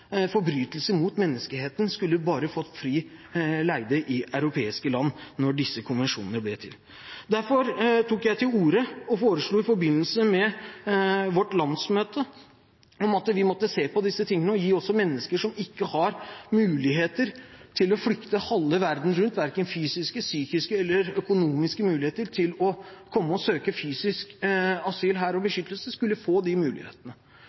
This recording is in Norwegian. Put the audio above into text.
forbrytelser mot menneskeheten, bare skulle få fritt leide i europeiske land da disse konvensjonene ble til. Derfor tok jeg i forbindelse med vårt landsmøte til orde for og foreslo at vi måtte se på disse tingene, og at også mennesker som ikke har muligheter – verken fysiske, psykiske eller økonomiske – til å flykte halve verden rundt og komme hit og fysisk søke asyl og beskyttelse, skulle få de mulighetene.